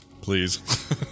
Please